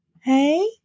Hey